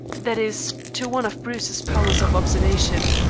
that is, to one of bruce's powers of observation.